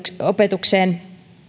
opetukseen